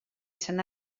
izan